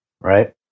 right